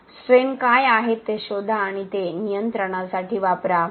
strain काय आहेत ते शोधा आणि ते नियंत्रणासाठी वापरा